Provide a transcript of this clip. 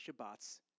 Shabbat's